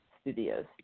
studios